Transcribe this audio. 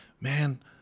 man